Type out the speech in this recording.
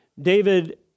David